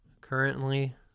currently